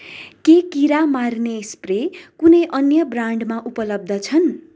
के किरा मार्ने स्प्रे कुनै अन्य ब्रान्डमा उपलब्ध छन्